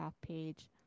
page